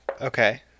Okay